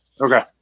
Okay